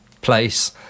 place